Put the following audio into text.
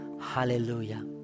Hallelujah